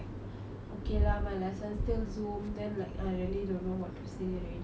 okay lah my lesson still zoom then like I really don't know what to say already lah